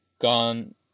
gone